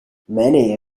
many